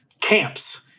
camps